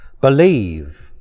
believe